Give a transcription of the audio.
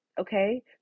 okay